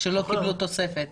אזרחים שלא קיבלו תוספת.